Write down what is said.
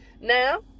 now